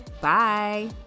Bye